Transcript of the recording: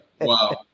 Wow